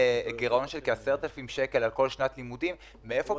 לגירעון של כ-10,000 שקל על כל שנת לימודים - מאיפה